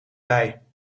bij